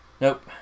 Nope